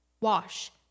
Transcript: Wash